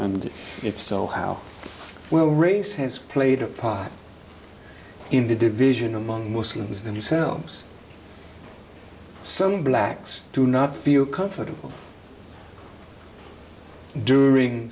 and if so how well race has played a part in the division among muslims themselves some blacks do not feel comfortable during